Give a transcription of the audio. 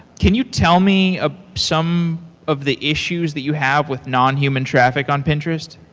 can you tell me ah some of the issues that you have with nonhuman traffic on pinterest?